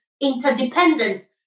interdependence